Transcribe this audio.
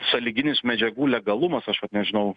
sąlyginis medžiagų legalumas aš vat nežinau